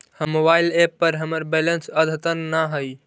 हमर mobile app पर हमर बैलेंस अद्यतन ना हई